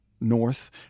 north